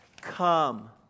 Come